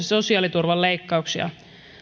ja sosiaaliturvaleikkauksia